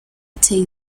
take